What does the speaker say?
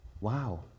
wow